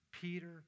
Peter